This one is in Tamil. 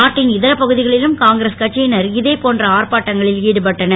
நாட்டின் இதர பகுதிகளிலும் காங்கிரஸ் கட்சியினர் இதே போன்ற அர்ப்பாட்டங்களில் ஈடுபட்டனர்